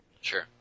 Sure